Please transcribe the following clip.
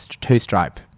two-stripe